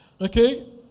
okay